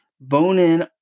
Bone-in